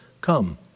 Come